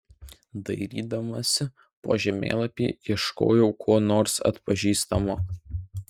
dairydamasi po žemėlapį ieškojau ko nors atpažįstamo